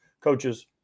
coaches